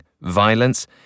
violence